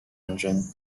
engine